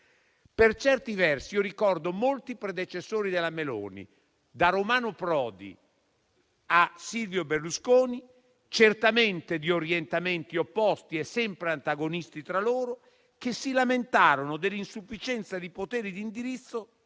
Per certi versi, ricordo molti predecessori della Meloni, da Romano Prodi a Silvio Berlusconi, certamente di orientamenti opposti e sempre tra loro antagonisti, che si lamentarono dell'insufficienza dei poteri di indirizzo